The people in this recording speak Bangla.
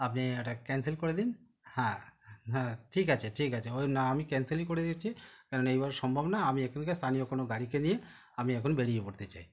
আপনি এটা ক্যানসেল করে দিন হ্যাঁ হ্যাঁ ঠিক আছে ঠিক আছে ওই না আমি ক্যানসেলই করে দিচ্ছি কারণ এইভাবে সম্ভব না আমি এখানকার স্থানীয় কোনো গাড়িকে নিয়ে আমি এখন বেরিয়ে পড়তে চাই